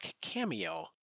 cameo